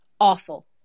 awful